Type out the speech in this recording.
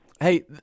Hey